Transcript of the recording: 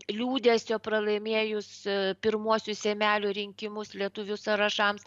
liūdesio pralaimėjus pirmuosius seimelių rinkimus lietuvių sąrašams